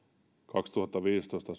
kaksituhattaviisitoista